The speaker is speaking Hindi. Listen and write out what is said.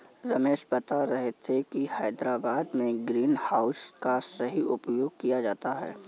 रमेश बता रहे थे कि हैदराबाद में ग्रीन हाउस का सही उपयोग किया जाता है